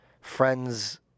friends